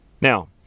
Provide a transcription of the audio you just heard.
now